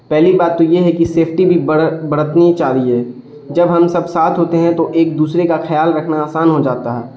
پہلی بات تو یہ ہے کہ سیفٹی بھی بڑ برتنی چاہ رہی ہے جب ہم سب ساتھ ہوتے ہیں تو ایک دوسرے کا خیال رکھنا آسان ہو جاتا ہے